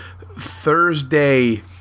Thursday